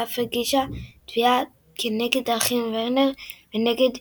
ואף הגישה תביעת נגד האחים וורנר ונגד